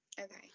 Okay